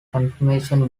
confirmation